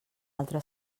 altre